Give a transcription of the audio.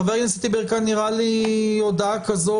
אלא שאומר חבר הכנסת יברקן שהודעה כזאת